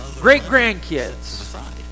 great-grandkids